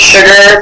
Sugar